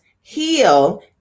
heal